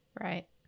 Right